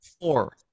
four